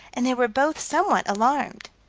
and they were both somewhat alarmed.